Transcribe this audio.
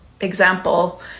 example